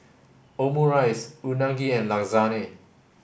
Omurice Unagi and Lasagne